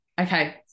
Okay